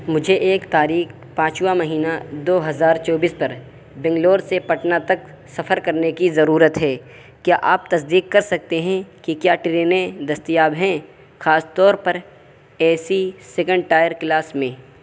مجھے ایک تاریخ پانچواں مہینہ دو ہزار چوبیس پر بنگلور سے پٹنہ تک سفر کرنے کی ضرورت ہے کیا آپ تصدیق کر سکتے ہیں کہ کیا ٹرینیں دستیاب ہیں خاص طور پر A C second tier class میں